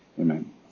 Amen